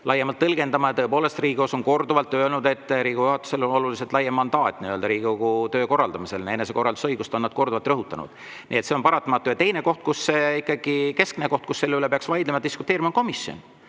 laiemalt tõlgendama. Tõepoolest, Riigikohus on korduvalt öelnud, et Riigikogu juhatusel on oluliselt laiem mandaat Riigikogu töö korraldamisel, enesekorraldusõigust on nad korduvalt rõhutanud. Nii et see on paratamatu. Teine koht ja ikkagi keskne koht, kus selle üle peaks vaidlema, diskuteerima, on komisjon.